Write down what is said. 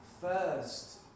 first